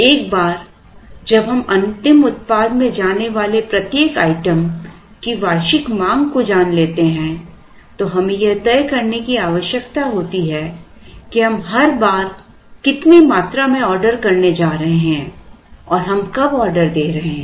एक बार जब हम अंतिम उत्पाद में जाने वाले प्रत्येक आइटम की वार्षिक मांग को जान लेते हैं तो हमें यह तय करने की आवश्यकता होती है कि हम हर बार कितनी मात्रा में ऑर्डर करने जा रहे हैं और हम कब ऑर्डर दे रहे हैं